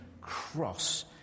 cross